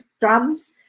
drums